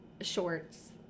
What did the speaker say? Shorts